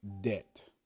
debt